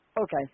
Okay